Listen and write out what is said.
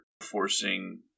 forcing